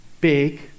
big